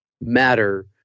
matter